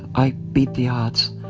i beat the odds,